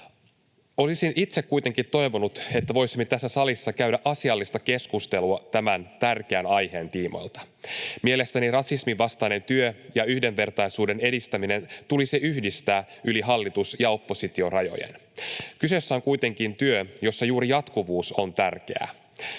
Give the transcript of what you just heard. Olisin itse kuitenkin toivonut, että voisimme tässä salissa käydä asiallista keskustelua tämän tärkeän aiheen tiimoilta. Mielestäni rasismin vastaisen työn ja yhdenvertaisuuden edistämisen tulisi yhdistää yli hallitus- ja oppositiorajojen. Kyseessä on kuitenkin työ, jossa juuri jatkuvuus on tärkeää.